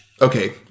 Okay